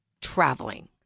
traveling